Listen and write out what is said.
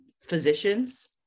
physicians